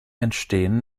entstehen